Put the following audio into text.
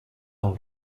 all